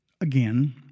again